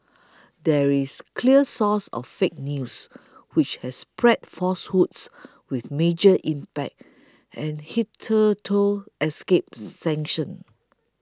there is clear source of 'fake news' which has spread falsehoods with major impact and hitherto escaped sanction